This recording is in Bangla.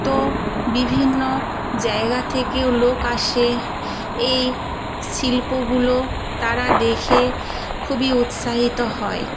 তো বিভিন্ন জায়গা থেকেও লোক আসে এই শিল্পগুলো তারা দেখে খুবই উৎসাহিত হয়